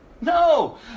No